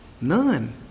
None